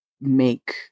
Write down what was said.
make